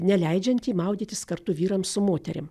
neleidžiantį maudytis kartu vyram su moterim